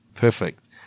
perfect